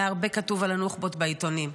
היה כתוב הרבה על הנוח'בות בעיתונים.